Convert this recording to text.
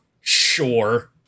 sure